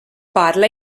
parla